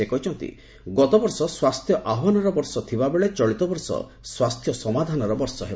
ସେ କହିଛନ୍ତି ଗତବର୍ଷ ସ୍ୱାସ୍ଥ୍ୟ ଆହ୍ପାନର ବର୍ଷ ଥିବାବେଳେ ଚଳିତବର୍ଷ ସ୍ୱାସ୍ଥ୍ୟ ସମାଧାନର ବର୍ଷ ହେବ